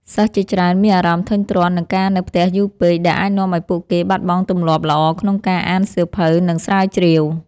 សិស្សជាច្រើនមានអារម្មណ៍ធុញទ្រាន់នឹងការនៅផ្ទះយូរពេក ដែលអាចនាំឱ្យពួកគេបាត់បង់ទម្លាប់ល្អក្នុងការអានសៀវភៅ និងស្រាវជ្រាវ។